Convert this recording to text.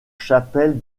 chapelle